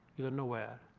you know where.